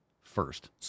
first